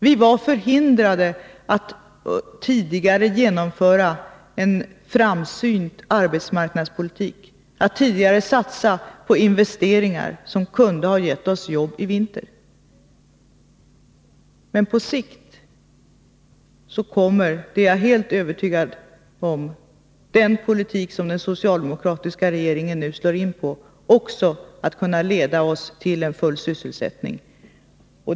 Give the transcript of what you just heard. Vi var förhindrade att tidigare genomföra en framsynt arbetsmarknadspolitik, att tidigare satsa på investeringar som kunde ha gett oss jobb i vinter. Men på sikt kommer — det är jag helt övertygad om — den politik som den socialdemokratiska regeringen nu slår in på också att kunna leda oss till full sysselsättning.